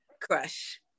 crush